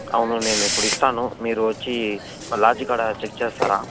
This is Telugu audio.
అవును నేనిప్పుడు ఇస్తాను మీరు వచ్చి లాడ్జ్ కాడా చెక్ చేస్తారా